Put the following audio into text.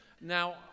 Now